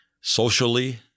socially